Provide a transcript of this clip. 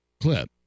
clip